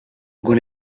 going